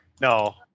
No